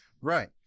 Right